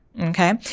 okay